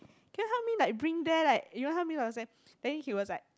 can you help me like bring there like you know help me got say then he was like